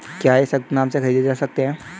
क्या ये संयुक्त नाम से खरीदे जा सकते हैं?